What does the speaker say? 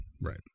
Right